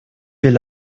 will